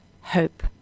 hope